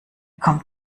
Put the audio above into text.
kommt